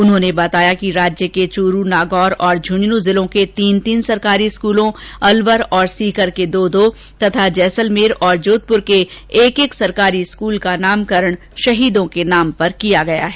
उन्होंने बताया कि राज्य के चूरू नागौर और झूंझनूं जिलों के तीन तीन सरकारी स्कूलों अलवर और सीकर के दो दो तथा जैसलमेर और जोधपुर के एक एक सरकारी स्कूल का नामकरण शहीदों के नाम से किया गया है